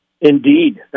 Indeed